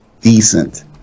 decent